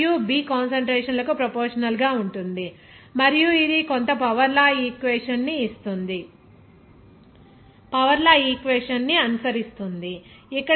ఇది A మరియు B concentration లకు ప్రోపోర్షనల్ గా ఉంటుంది మరియు ఇది కొంత పవర్ లా ఈక్వేషన్ ని అనుసరిస్తుంది